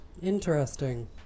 Interesting